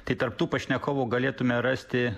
tai tarp tų pašnekovų galėtume rasti